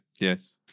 Yes